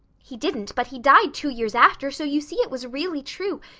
he didn't, but he died two years after, so you see it was really true.